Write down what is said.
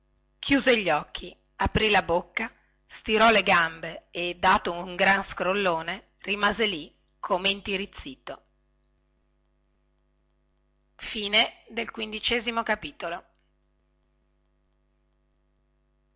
chiuse gli occhi aprì la bocca stirò le gambe e dato un grande scrollone rimase lì come intirizzito